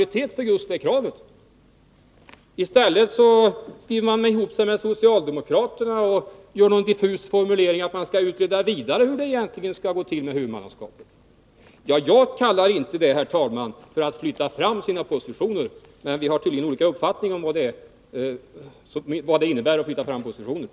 I stället skriver man ihop sig med socialdemokraterna och stannar för någon diffus formulering om att man skall utreda vidare hur det egentligen skall gå till och hur man skall ha det med huvudmannaskapet. Jag kallar inte det, herr talman, för att flytta fram sina positioner. Vi har tydligen olika uppfattningar om vad det innebär att flytta fram positionerna.